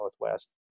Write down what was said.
Northwest